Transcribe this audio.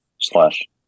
slash